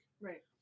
right